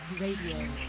Radio